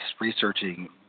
researching